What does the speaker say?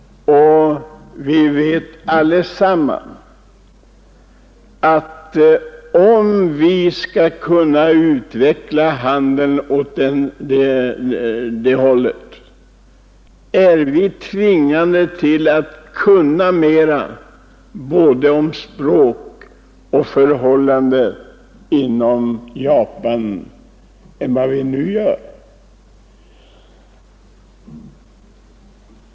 Om vi skall kunna utveckla handeln åt det hållet är vi tvingade att kunna mera om både språk och förhållanden i Japan än vad vi nu gör.